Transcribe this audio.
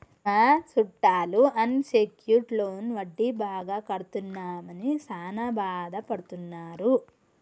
మా సుట్టాలు unsecured loan వడ్డీ బాగా కడుతున్నామని సాన బాదపడుతున్నారు